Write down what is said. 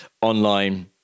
online